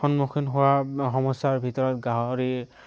সন্মুখীন হোৱা সমস্যাৰ ভিতৰত গাহৰি